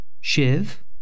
Shiv